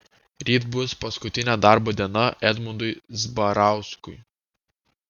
ryt bus paskutinė darbo diena edmundui zbarauskui